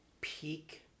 peak